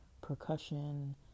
percussion